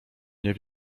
nie